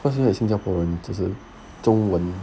cause right 新加坡人就是中文